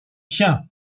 tiens